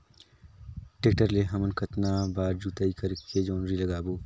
Tractor ले हमन कतना बार जोताई करेके जोंदरी लगाबो?